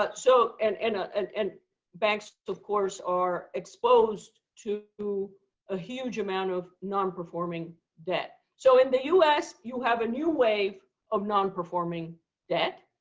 but so and and ah and and banks, of course, are exposed to to a huge amount of non-performing debt. so in the us, you have a new wave of non-performing debt.